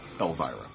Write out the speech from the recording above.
Elvira